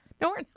No